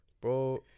Bro